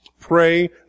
pray